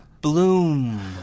bloom